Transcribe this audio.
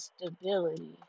stability